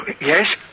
Yes